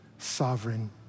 sovereign